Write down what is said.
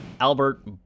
albert